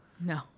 No